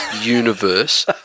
universe